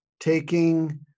taking